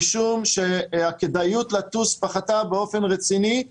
משום שהכדאיות לטוס פחתה באופן רציני.